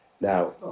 Now